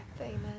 Amen